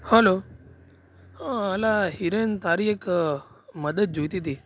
hello અલા હિરેન તારી એક મદદ જોઈતી હતી